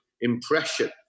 impression